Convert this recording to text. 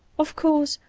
of course,